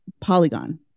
polygon